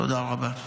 תודה רבה.